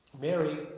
Mary